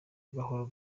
gahoro